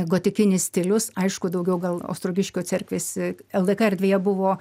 gotikinis stilius aišku daugiau gal ostrogiškio cerkvės ldk erdvėje buvo